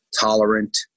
tolerant